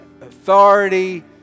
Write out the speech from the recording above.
authority